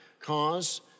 cause